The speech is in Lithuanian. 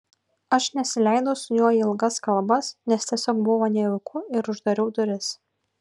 aš nesileidau su juo į ilgas kalbas nes tiesiog buvo nejauku ir uždariau duris